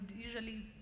usually